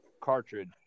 cartridge